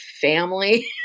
family